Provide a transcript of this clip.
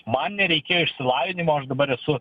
man nereikėjo išsilavinimo aš dabar esu